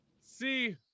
See